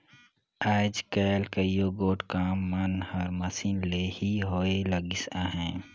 आएज काएल कइयो गोट काम मन हर मसीन ले ही होए लगिस अहे